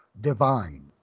divine